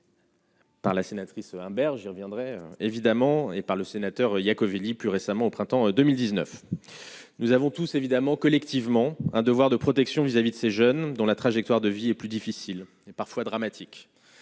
Par la sénatrice Imbert, j'y reviendrai évidemment et par le sénateur Yachvili plus récemment au printemps 2019 nous avons tous évidemment collectivement un devoir de protection vis-à-vis de ces jeunes dans la trajectoire de vie est plus difficile et parfois dramatique,